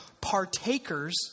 partakers